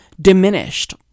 diminished